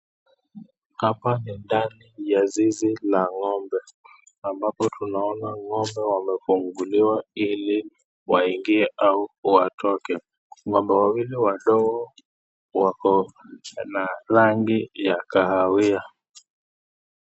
Hapa ni ndani ya zizi la ng'ombe ambapo tunaona ng'ombe wamefunguliwa ili waingiea au watoke, ng'ombe wawili wadogo wako na rangi ya kahawia.